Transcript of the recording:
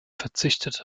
verzichtete